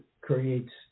creates